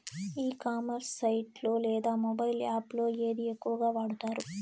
ఈ commerce site లో లేదా మొబైల్ యాప్ లో ఏది ఎక్కువగా వాడుతారు?